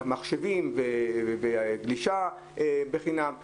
מחשבים וגלישה חינם למשפחות שנזקקות.